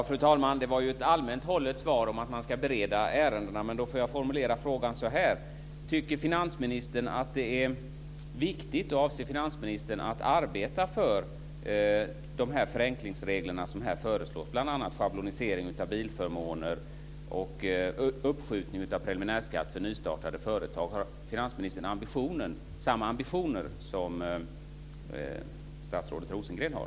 Fru talman! Det var ju ett allmänt hållet svar om att man ska bereda ärendena. Då får jag formulera frågan så här: Tycker finansministern att det är viktigt med och avser finansministern att arbeta för de förenklingsregler som här föreslås om bl.a. schablonisering av bilförmåner och uppskjutning av preliminärskatt för nystartade företag? Har finansministern samma ambitioner som statsrådet Rosengren har?